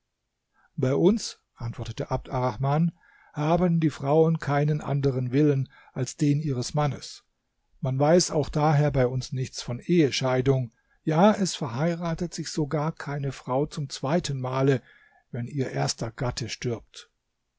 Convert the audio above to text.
bei uns antwortete abd arrahman haben die frauen keinen anderen willen als den ihres mannes man weiß auch daher bei uns nichts von ehescheidung ja es verheiratet sich sogar keine frau zum zweiten male wenn ihr erster gatte stirbt